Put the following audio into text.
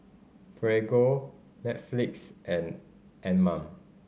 Prego Netflix and Anmum